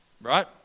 Right